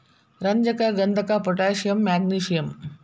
ರಂಜಕ ಗಂಧಕ potassium magnesium